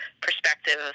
perspective